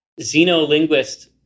xenolinguist